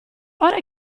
ora